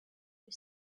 que